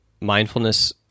mindfulness